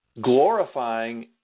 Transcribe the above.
glorifying